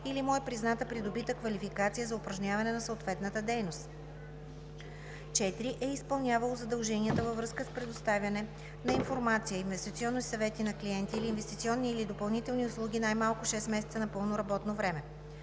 или му е призната придобита квалификация за упражняване на съответната дейност; 4. е изпълнявало задължения във връзка с предоставяне на информация, инвестиционни съвети на клиенти или инвестиционни или допълнителни услуги най-малко 6 месеца на пълно работно време.